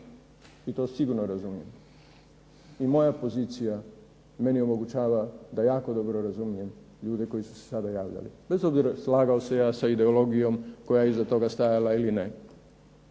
i to sigurno razumijem. I moja pozicija meni omogućava da jako dobro razumijem ljude koji su se sada javljali. Bez obzira slagao se ja sa ideologijom koja je iza toga stajala ili ne,